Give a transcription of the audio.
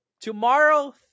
Tomorrow